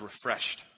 refreshed